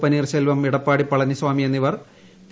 പനീർശെൽവം എടപ്പാടി പളനിസ്വാമി എന്നിവർ പി